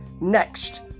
next